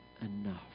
enough